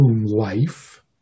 life